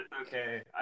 okay